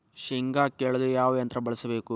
ಶೇಂಗಾ ಕೇಳಲು ಯಾವ ಯಂತ್ರ ಬಳಸಬೇಕು?